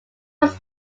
was